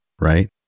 right